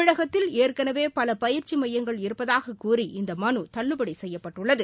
தமிழத்தில் ஏற்கனவே பல பயிற்சி மையங்கள் இருப்பதாக கூறி இந்த மனு தள்ளுபடி செய்யப்பட்டுள்ளது